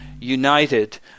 United